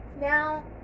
Now